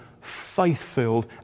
faith-filled